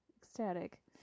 ecstatic